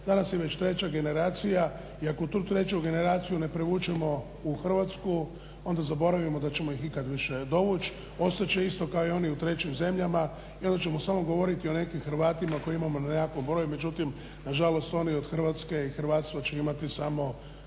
danas je već 3 generacija i ako danas tu 3 generaciju ne privučemo u Hrvatsku onda zaboravimo da ćemo ih ikad više dovući, ostat će isto kao i oni u trećim zemljama i onda ćemo samo govorit o nekim Hrvatima koje imamo na broj međutim nažalost oni od Hrvatske i hrvatstva će imati samo